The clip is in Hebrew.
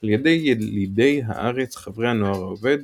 על ידי ילידי הארץ חברי הנוער העובד,